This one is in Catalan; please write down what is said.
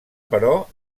però